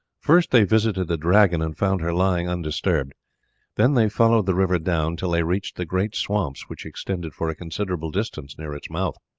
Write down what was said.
first they visited the dragon, and found her lying undisturbed then they followed the river down till they reached the great swamps which extended for a considerable distance near its mouth.